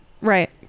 Right